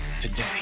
today